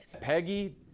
Peggy